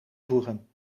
voegen